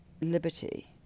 liberty